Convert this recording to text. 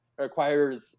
requires